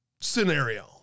scenario